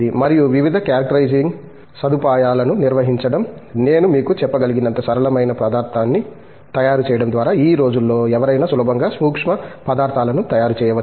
మరియు వివిధ క్యారెక్టరైజింగ్ సదుపాయాలను నిర్వహించడం నేను మీకు చెప్పగలిగినంత సరళమైన పదార్థాన్ని తయారు చేయడం ద్వారా ఈ రోజుల్లో ఎవరైనా సులభంగా సూక్ష్మ పదార్ధాలను తయారు చేయవచ్చు